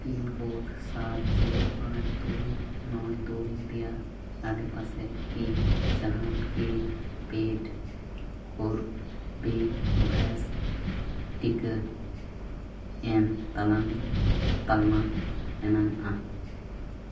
pin code ᱥᱟᱛ zero ᱯᱟᱸᱪ ᱫᱩᱭ ᱱᱚᱭ ᱫᱩᱭ ᱨᱮᱭᱟᱜ ᱟᱰᱮ ᱯᱟᱥᱮ ᱠᱤ ᱡᱟᱦᱟᱱ ᱠᱤ ᱯᱮᱰ ᱠᱳᱨ ᱵᱷᱤ ᱵᱷᱮᱥ ᱴᱤᱠᱟᱹ ᱮᱢ ᱛᱟᱞᱟᱝ ᱛᱟᱞᱢᱟ ᱢᱮᱱᱟᱝᱼᱟ